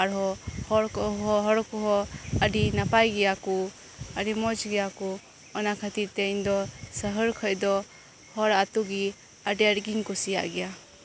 ᱟᱞᱮ ᱟᱹᱛᱳ ᱨᱮᱫᱚ ᱟ ᱟᱹᱰᱤ ᱱᱟᱯᱟᱭ ᱜᱮ ᱵᱩᱡᱷᱟᱹᱜᱼᱟ ᱟᱹᱰᱤ ᱢᱚᱸᱡ ᱜᱮ ᱥᱚᱦᱚᱨ ᱵᱟᱡᱟᱨ ᱠᱷᱚᱡ ᱫᱚ ᱟᱞᱮ ᱟᱹᱛᱳ ᱜᱮ ᱟᱨᱦᱚᱸ ᱦᱚᱲ ᱠᱚᱸᱦᱚ ᱟᱹᱰᱤ ᱱᱟᱯᱟᱭ ᱜᱮᱭᱟ ᱠᱚ ᱟᱹᱰᱤ ᱢᱚᱸᱡ ᱜᱮᱭᱟ ᱠᱚ ᱚᱱᱟ ᱠᱷᱟᱹᱛᱤᱨ ᱛᱮ ᱤᱧ ᱫᱚ ᱥᱟᱦᱟᱨ ᱠᱷᱚᱱ ᱦᱚᱲ ᱟᱹᱛᱳ ᱜᱮ ᱟᱹᱰᱤ ᱟᱸᱴ ᱜᱮᱧ ᱠᱩᱥᱤᱭᱟᱜ ᱜᱮᱭᱟ